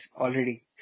already